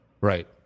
Right